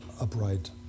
upright